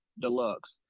deluxe